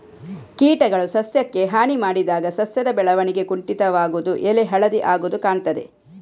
ಕೀಟಗಳು ಸಸ್ಯಕ್ಕೆ ಹಾನಿ ಮಾಡಿದಾಗ ಸಸ್ಯದ ಬೆಳವಣಿಗೆ ಕುಂಠಿತವಾಗುದು, ಎಲೆ ಹಳದಿ ಆಗುದು ಕಾಣ್ತದೆ